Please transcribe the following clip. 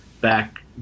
back